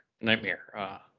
Nightmare